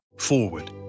forward